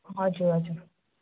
हजुर हजुर